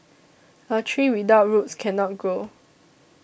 a tree without roots cannot grow